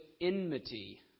enmity